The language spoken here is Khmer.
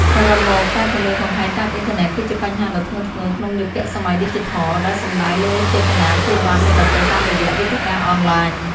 សរុបមក ការគំរាមកំហែងតាមអ៊ីនធឺណិត គឺជាបញ្ហាដ៏ធ្ងន់ធ្ងរក្នុងយុគសម័យឌីជីថល ដែលសំដៅលើចេតនាធ្វើបាបអ្នកដទៃតាមរយៈវេទិកាអនឡាញ។